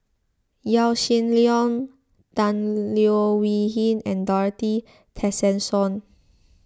Yaw Shin Leong Tan Leo Wee Hin and Dorothy Tessensohn